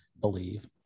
believe